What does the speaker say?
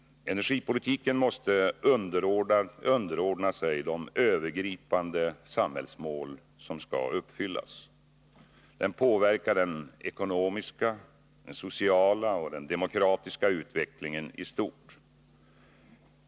Energipolitiken måste underordna sig de övergripande samhällsmål som skall uppfyllas. Den påverkar den ekonomiska, den sociala och den demokratiska utvecklingen i stort.